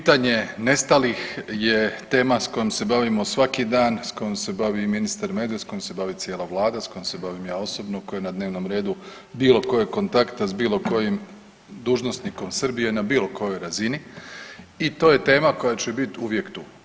Pitanje nestalih je tema s kojom se bavimo svaki dan, s kojom se bavi i ministar Medved, s kojom se bavi cijela Vlada, s kojom se bavim ja osobno koji na dnevnom redu bilo kojeg kontakta s bilo kojim dužnosnikom Srbije na bilo kojoj razini i to je tema koja će biti uvijek tu.